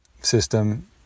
system